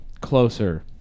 closer